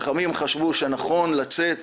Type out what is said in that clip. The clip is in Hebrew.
החכמים חשבו שנכון לצאת